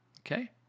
Okay